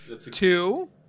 Two